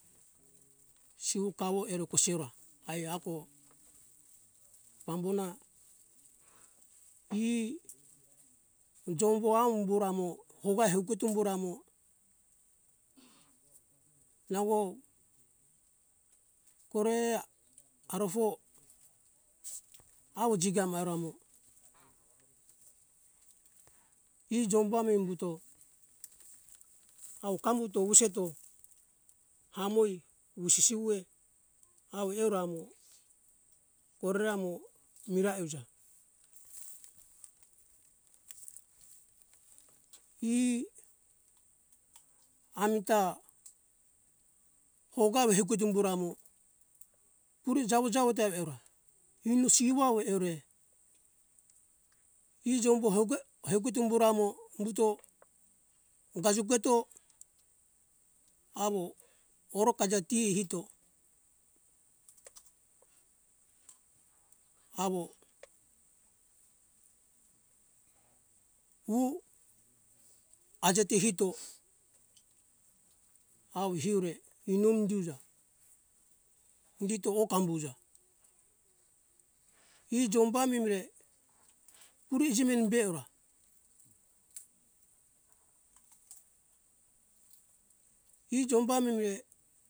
Siwo kawo ero kosiora ai ako pambona e dombo a umburamo houga augeto umburamo nango korere arofo awo jigamaura mo e joubu ami umbuto awo kambuto wuseto hamoi wusisi uwe awo eura mo korere amo mira euja e amita hougawe huket umbura mo puri jawo jawo te ve eora hinu siwo awo eora e jombu heuge heuge dimbura mo umbuto gajugeto awo oro kajiti hito awo hu ajeti hito awe hiure inumu indi iuja indito oh kambuja e jombu amimre puri jimem be ora e jombu amimre